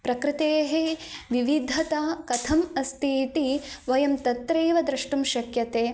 प्रकृतेः विविधता कथम् अस्ति इति वयं तत्रैव द्रष्टुं शक्यते